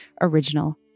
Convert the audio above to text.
Original